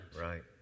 Right